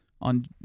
on